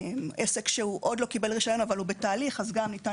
עסק שעוד לא קיבל רישיון אבל הוא בתהליך אז גם ניתן